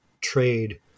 trade